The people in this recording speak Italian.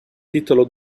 titolo